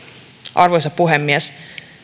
arvoisa puhemies